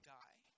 die